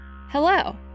Hello